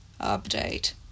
update